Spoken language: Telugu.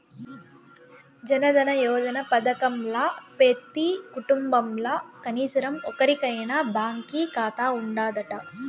జనదన యోజన పదకంల పెతీ కుటుంబంల కనీసరం ఒక్కోరికైనా బాంకీ కాతా ఉండాదట